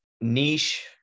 niche